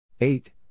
eight